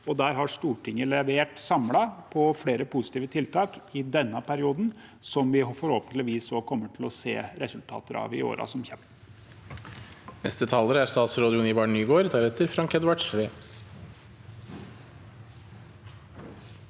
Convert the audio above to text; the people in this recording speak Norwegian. Der har Stortinget levert samlet på flere positive tiltak i denne perioden, noe vi forhåpentligvis også kommer til å se resultater av i årene som kommer.